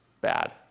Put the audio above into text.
Bad